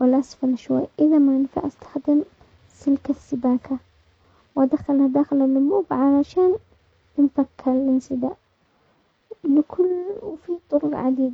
والاسفل شوي، اذا ما نفع استخدم سلك السباكة وادخله داخل الانبوب علشان تنفك هالانسداد، لكل وفي طرق عديدة.